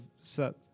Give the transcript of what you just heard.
set